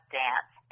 dance